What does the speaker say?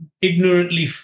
ignorantly